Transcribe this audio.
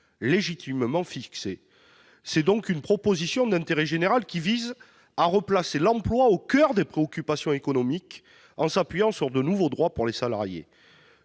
légitimement fixé. C'est une proposition d'intérêt général, qui vise à replacer l'emploi au coeur des préoccupations économiques, en s'appuyant sur de nouveaux droits pour les salariés.